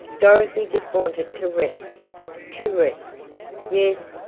dorothy just wanted to rest to rest yes,